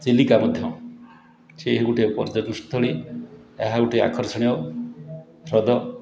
ଚିଲିକା ମଧ୍ୟ ସିଏ ଗୋଟେ ପର୍ଯ୍ୟଟକସ୍ଥଳୀ ଏହା ଗୋଟିଏ ଆକର୍ଷଣୀୟ ହ୍ରଦ